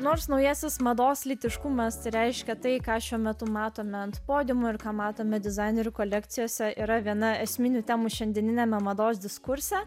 nors naujasis mados lytiškumas ir reiškia tai ką šiuo metu matome ant podiumų ir ką matome dizainerių kolekcijose yra viena esminių temų šiandieniniame mados diskurse